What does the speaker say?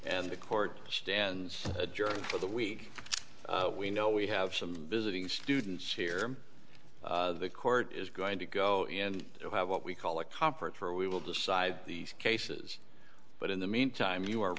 and the court stands adjourned for the week we know we have some visiting students here the court is going to go in and have what we call a confort for we will decide these cases but in the meantime you are